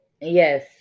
Yes